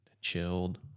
chilled